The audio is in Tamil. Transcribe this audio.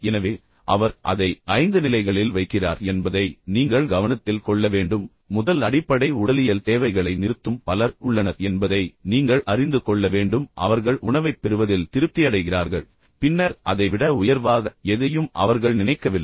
எனவே அவர் அதை 5 நிலைகளில் வைக்கிறார் என்பதை நீங்கள் கவனத்தில் கொள்ள வேண்டும் முதல் அடிப்படை உடலியல் தேவைகளை நிறுத்தும் பலர் உள்ளனர் என்பதை நீங்கள் அறிந்து கொள்ள வேண்டும் அவர்கள் உணவைப் பெறுவதில் திருப்தி அடைகிறார்கள் பின்னர் அதை விட உயர்வாக எதையும் அவர்கள் நினைக்கவில்லை